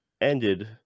ended